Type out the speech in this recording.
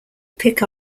pick